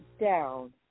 down